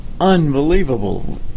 unbelievable